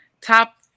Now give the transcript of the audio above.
top